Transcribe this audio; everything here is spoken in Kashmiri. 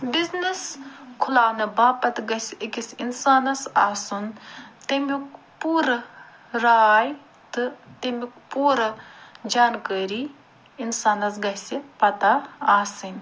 بِزنیٚس کھُلاونہٕ باپتھ گَژھہِ أکِس اِنسانس آسُن تٔمیٛک پورٕ راے تہٕ تٔمیٛک پورٕ جانکٲری اِنسانس گَژھہِ پتہ آسٕنۍ